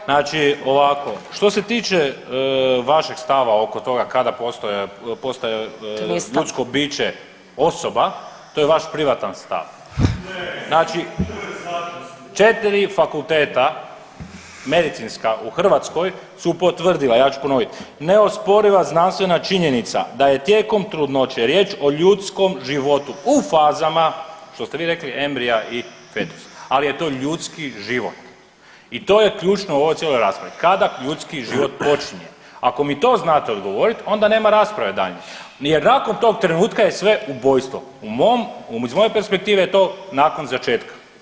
Znači ovako što se tiče vašeg stava oko toga kada postaje [[Upadica Benčić: To nije stav]] postaje ljudsko piće osoba to je vaš privatan stav, znači 4 Fakulteta medicinska u Hrvatskoj su potvrdila, a ja ću ponovit, neosporiva znanstvena činjenica da je tijekom trudnoće riječ o ljudskom životu u fazama što ste vi rekli embrija i fetusa, ali je to ljudski život i to je ključno u ovoj cijelo raspravi kada ljudski život počinje, ako mi to znate odgovorit onda nema rasprave daljnje i nakon tog trenutka je sve ubojstvo, u mom, iz moje perspektive je to nakon začetka.